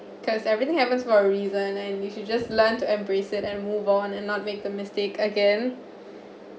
cause everything happens for a reason and we should just learn to embrace it and move on and not make the mistake again